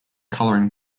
coloring